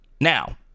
Now